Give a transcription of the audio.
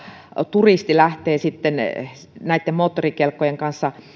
turisti lähtee näitten moottorikelkkojen kanssa